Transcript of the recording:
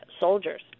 soldiers